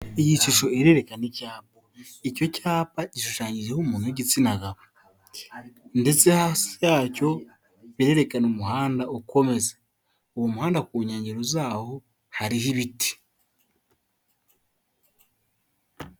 Iyi shusho irerekana icyapa, icyo cyapa gishushanyijeho umuntu w'igitsina gabo ndetse hasi yacyo birerekana umuhanda ukomeza, uwo muhanda ku nkengero zawo hariho ibiti.